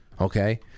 okay